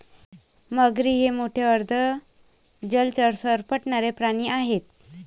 मगरी हे मोठे अर्ध जलचर सरपटणारे प्राणी आहेत